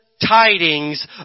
tidings